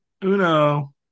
Uno